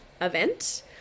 event